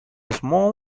small